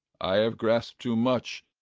i have grasped too much,